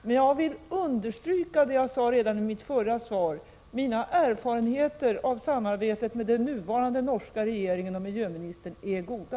Men jag vill understryka det jag sade redan i mitt svar, nämligen att mina erfarenheter av samarbetet med den nuvarande norska regeringen och miljöministern är goda.